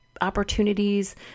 opportunities